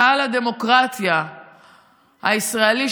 היכל הדמוקרטיה הישראלי,